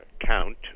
count